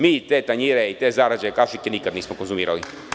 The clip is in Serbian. Mi te tanjire i te zarđale kašike nikada nismo konzumirali.